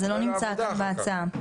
זה לא נמצא בהצעה.